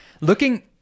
Looking